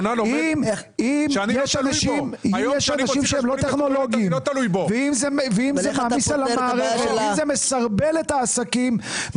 אם יש אנשים שהם לא טכנולוגים ואם זה מקריס את המערכת ומסרבל את העסקים,